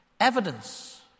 evidence